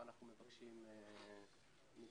מה אנחנו מבקשים מכם,